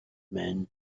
man